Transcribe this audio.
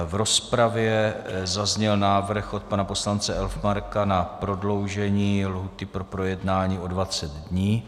V rozpravě zazněl návrh od pana poslance Elfmarka na prodloužení lhůty pro projednání o 20 dní.